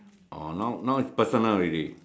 ah now now is personal already